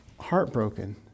heartbroken